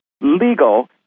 Legal